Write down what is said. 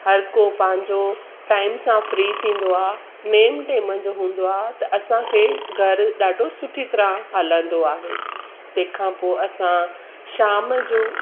हर को पंहिंजो टाइम सां फ्री थींदो आहे नेम टेम जो हूंदो आहे त असांखे घरु ॾाढो सुठी तरह हलंदो आहे तंहिंखां पोइ असां शाम जो